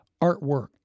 artwork